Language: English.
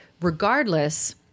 regardless